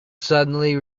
suddenly